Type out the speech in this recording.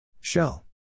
Shell